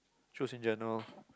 shows in general